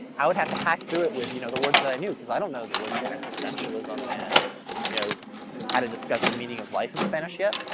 i would have to hack through it with you know the words that i knew, because i don't know the words for existentialism and you know how to discuss the meaning of life in spanish yet.